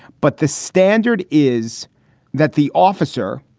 but the standard is that the officer,